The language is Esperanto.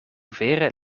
vere